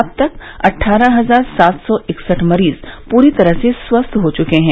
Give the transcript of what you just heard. अब तक अट्ठारह हजार सात सौ इकसठ मरीज पूरी तरह से स्वस्थ हो चुके हैं